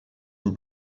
and